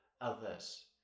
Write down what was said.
others